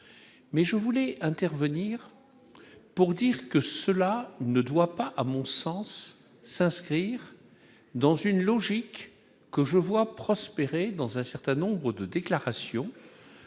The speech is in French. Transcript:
mais je voulais intervenir pour dire que cela ne doit pas, à mon sens, sa secrétaire, dans une logique que je vois prospérer dans un certain nombres de déclaration